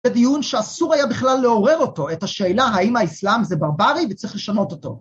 בדיון שאסור היה בכלל לעורר אותו, את השאלה האם האיסלאם זה ברברי וצריך לשנות אותו.